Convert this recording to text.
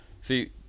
see